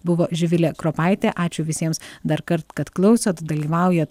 buvo živilė kropaitė ačiū visiems darkart kad klausot dalyvaujat